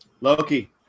Loki